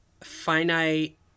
finite